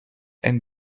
and